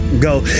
go